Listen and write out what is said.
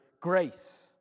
grace